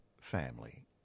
family